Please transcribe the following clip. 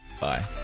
bye